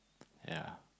ya